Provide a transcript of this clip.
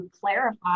clarify